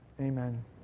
amen